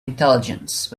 intelligence